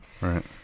Right